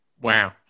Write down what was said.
Wow